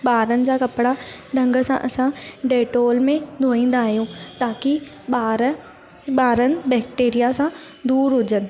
ॿारनि जा कपिड़ा ढंग सां असां डैटोल में धोईंदा आहियूं ताकी ॿारु ॿारनि बैक्टेरिया सां दूरि हुजनि